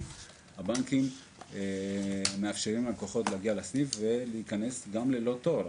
הבנקים מאפשרים ללקוחות להגיע לסניף וגם להיכנס ללא תור.